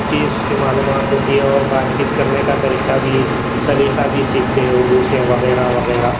چیز کی معلومات ہوتی ہے اور بات چیت کرنے کا طریقہ بھی سلیقہ بھی سیکھتے ہیں اردو سے وغیرہ وغیرہ